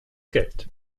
geld